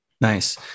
Nice